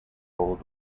told